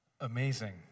Amazing